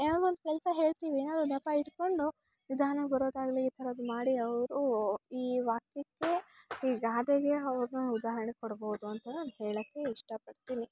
ಏನಾದರು ಒಂದು ಕೆಲಸ ಹೇಳ್ತಿವಿ ಏನಾರು ನೆಪ ಇಟ್ಕೊಂಡು ನಿಧಾನ ಬರೋದಾಗಲಿ ಈ ಥರದ್ ಮಾಡಿ ಅವರು ಈ ವಾಕ್ಯಕ್ಕೆ ಈ ಗಾದೆಗೆ ಅವರ್ನ ಉದಾಹರಣೆ ಕೊಡ್ಬೋದು ಅಂತ ಹೇಳಕ್ಕೆ ಇಷ್ಟ ಪಡ್ತೀನಿ